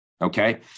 Okay